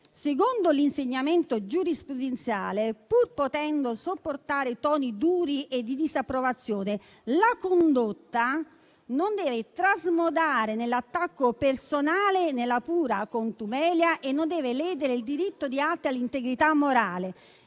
Secondo l'insegnamento giurisprudenziale, pur potendo sopportare toni duri e di disapprovazione, la condotta non deve trasmodare nell'attacco personale e nella pura contumelia e non deve ledere il diritto di altri all'integrità morale.